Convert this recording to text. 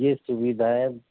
یہ سُویدھا ہے